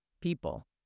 people